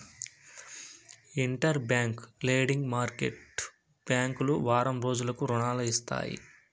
inter bank lending market బ్యాంకులు వారం రోజులకు రుణాలు ఇస్తాయి